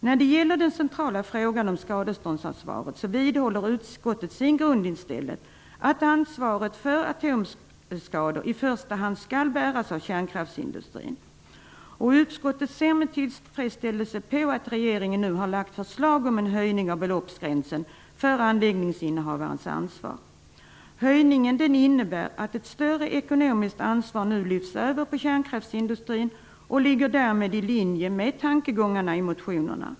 När det gäller den centrala frågan om skadeståndsansvaret vidhåller utskottet sin grundinställning, att ansvaret för atomskador i första hand skall bäras av kärnkraftsindustrin. Utskottet ser med tillfredsställelse på att regeringen nu har lagt fram förslag om en höjning av beloppsgränsen för anläggningsinnehavarens ansvar. Höjningen innebär att ett större ekonomiskt ansvar nu lyfts över på kärnkraftsindustrin och ligger därmed i linje med tankegångarna i motionerna.